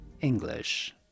English